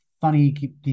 funny